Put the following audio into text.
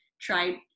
try